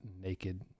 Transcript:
naked